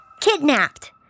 Kidnapped